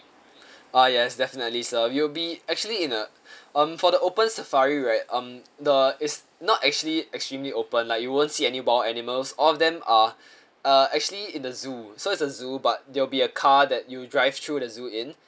ah yes definitely sir you will be actually in uh um for the open safari right um the it's not actually extremely open lah you won't see any wild animals all of them are uh actually in the zoo so it's a zoo but there'll be a car that you drive through the zoo in